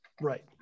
Right